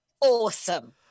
awesome